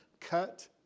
cut